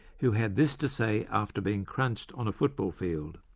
who had this to say after being crunched on a football field